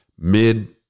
mid